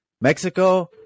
Mexico